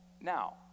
now